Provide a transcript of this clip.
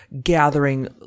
gathering –